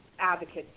Advocates